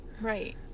Right